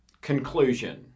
conclusion